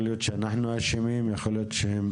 יכול להיות שאנחנו אשמים ויכול להיות שהם.